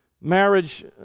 marriage